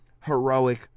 heroic